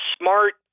smart